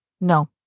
No